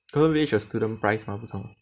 Golden Village 有 student price mah 不是吗